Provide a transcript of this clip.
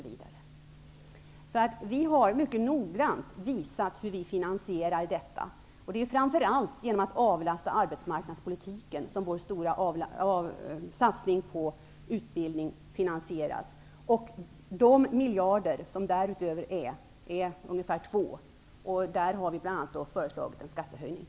Vi har alltså mycket noga visat hur vi finansierar våra förslag. Det är framför allt genom att avlasta arbetsmarknadspolitiken som vår stora satsning på utbildningen finansieras. Därutöver är det fråga om ungefär 2 miljarder, och i det avseendet har vi bl.a. föreslagit en skattehöjning.